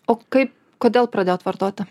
o kaip kodėl pradėjot vartoti